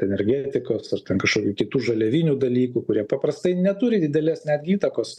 energetikos ar ten kažkokių kitų žaliavinių dalykų kurie paprastai neturi didelės netgi įtakos